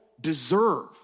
deserve